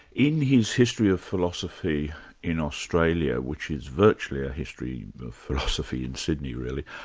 in his history of philosophy in australia, which is virtually a history of philosophy in sydney really,